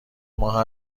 ماه